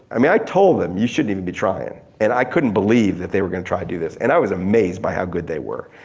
i mean i told them you shouldn't even be tryin' and i couldn't believe that they were gonna try to do this and i was amazed by how good they were.